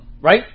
Right